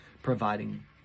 providing